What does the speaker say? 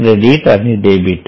credit आणि debit